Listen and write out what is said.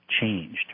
changed